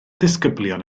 ddisgyblion